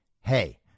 Hey